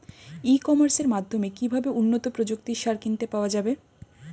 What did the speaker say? ই কমার্সের মাধ্যমে কিভাবে উন্নত প্রযুক্তির সার কিনতে পাওয়া যাবে?